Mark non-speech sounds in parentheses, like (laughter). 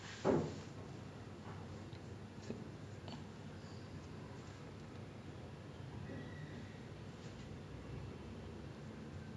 (laughs) ya okay ya honestly right that is one statement I cannot deny lah then நிறைய பேர் கேப்பாங்களே:niraiya per keppaangalae what what have you done in your life and I just go like music lor that's the only thing I've done properly according to me